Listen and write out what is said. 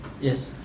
Yes